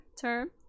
term